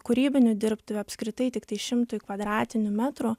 kūrybinių dirbtuvių apskritai tiktai šimtui kvadratinių metrų